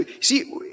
see